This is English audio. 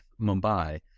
Mumbai